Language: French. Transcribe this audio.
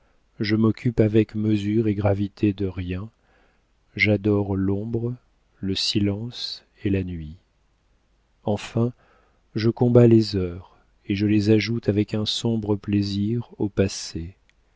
je m'occupe avec mesure et gravité de riens j'adore l'ombre le silence et la nuit enfin je combats les heures et je les ajoute avec un sombre plaisir au passé